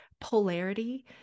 polarity